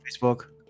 facebook